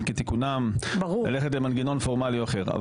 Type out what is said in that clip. כתיקונם היה צריך ללכת במנגנון פורמלי אחר,